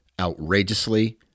outrageously